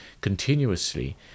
continuously